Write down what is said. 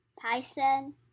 Python